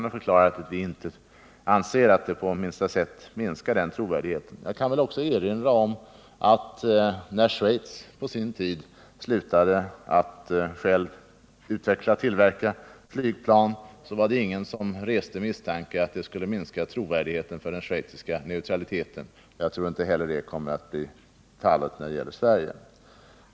Då förklarade jag att vi anser att det inte på något sätt minskar den trovärdigheten. Jag kan också erinra om att ingen reste misstanken att trovärdigheten i den schweiziska neutraliteten skulle minska när Schweiz på sin tid slutade att självt tillverka och utveckla flygplan. Jag tror inte heller att det kommer att bli fallet när det gäller Sverige.